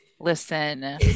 Listen